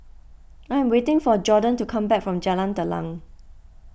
I am waiting for Jorden to come back from Jalan Telang